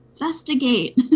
investigate